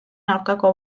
aurkako